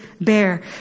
bear